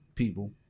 people